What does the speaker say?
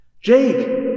Jake